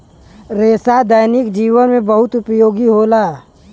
रेसा दैनिक जीवन में बहुत उपयोगी होला